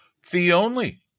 fee-only